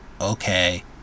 okay